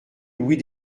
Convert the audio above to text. louis